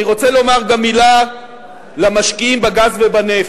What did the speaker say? אני רוצה לומר גם מלה למשקיעים בגז ובנפט.